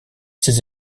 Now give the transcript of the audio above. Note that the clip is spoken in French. ses